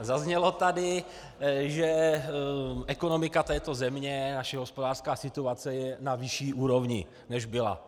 Zaznělo tady, že ekonomika této země, naše hospodářská situace, je na vyšší úrovni, než byla.